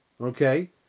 Okay